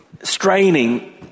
straining